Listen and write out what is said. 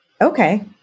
Okay